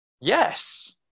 Yes